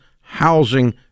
housing